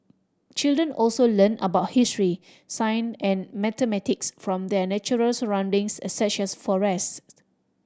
children also learn about history science and mathematics from their natural surroundings such as forests